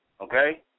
okay